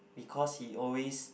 because he always